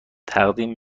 تقدیم